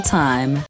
time